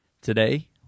Today